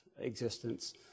existence